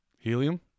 Helium